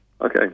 Okay